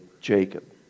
Jacob